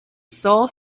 saw